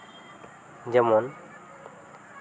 ᱡᱮᱢᱚᱱ